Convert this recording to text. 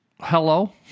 Hello